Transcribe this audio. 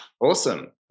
Awesome